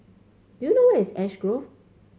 do you know where is Ash Grove